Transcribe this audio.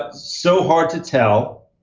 ah so hard to tell.